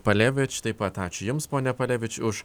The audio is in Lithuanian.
palevič taip pat ačiū jums pone palevič už